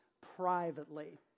privately